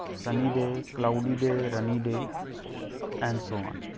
sunny day, cloudy day, rainy day and so on.